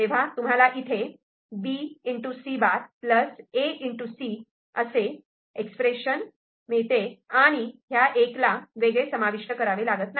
तुम्हाला इथे B C' A C असे मिनिमाईज एक्सप्रेशन मिळते आणि '1' ला वेगळे समाविष्ट करावे लागत नाही